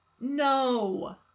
no